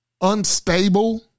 Unstable